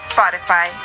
Spotify